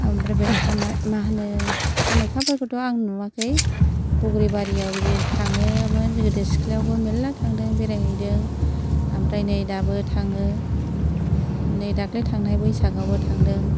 ओमफ्राय बे मा होनो खामाख्याफोरखौथ' आं नुवाखै ब'ग्रिबारियाव थाङोमोन जों गोदो सिख्लायावबो मेरला थांदों बेरायहैदों ओमफ्राय नै दाबो थाङो नै दाख्लै थांनाय बैसागावबो थांदों